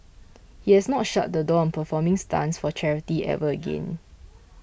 he has not shut the door on performing stunts for charity ever again